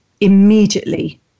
immediately